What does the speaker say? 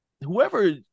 whoever